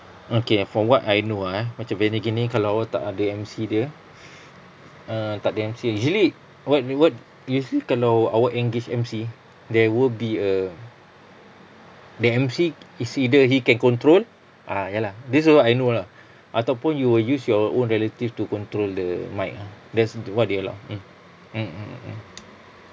okay from what I know ah eh macam venue gini kalau awak tak ada emcee dia err takde emcee usually what th~ what usually kalau awak engage emcee there will be a the emcee it's either he can control ah ya lah this is what I know lah ataupun you will use your own relative to control the mic ah that's what they allow mm mm mm mm